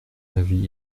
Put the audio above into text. avis